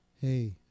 hey